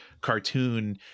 cartoon